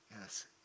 Yes